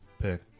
pick